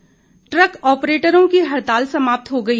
हड़ताल द्रक आप्रेटरों की हड़ताल समाप्त हो गई